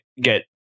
get